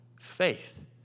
faith